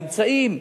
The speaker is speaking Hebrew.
באמצעים,